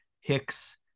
Hicks